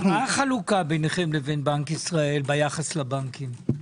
מה החלוקה ביניכם לבנק ישראל ביחס לבנקים?